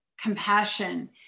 compassion